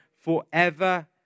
forever